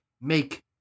make